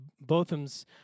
Botham's